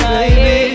Baby